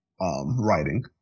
writing